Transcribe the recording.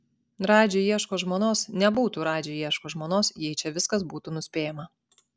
radži ieško žmonos nebūtų radži ieško žmonos jei čia viskas būtų nuspėjama